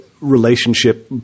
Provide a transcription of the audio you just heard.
relationship